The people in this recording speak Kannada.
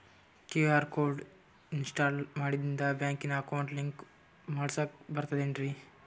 ಕ್ಯೂ.ಆರ್ ಕೋಡ್ ಇನ್ಸ್ಟಾಲ ಮಾಡಿಂದ ಬ್ಯಾಂಕಿನ ಅಕೌಂಟ್ ಲಿಂಕ ಮಾಡಸ್ಲಾಕ ಬರ್ತದೇನ್ರಿ